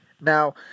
Now